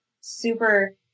super